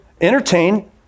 entertain